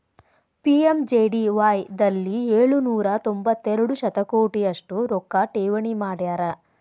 PMJDY ದಲ್ಲಿ ಏಳು ನೂರ ತೊಂಬತ್ತೆರಡು ಶತಕೋಟಿ ಅಷ್ಟು ರೊಕ್ಕ ಠೇವಣಿ ಮಾಡ್ಯಾರ